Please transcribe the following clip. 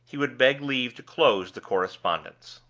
he would beg leave to close the correspondence.